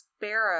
Sparrow